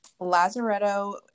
Lazaretto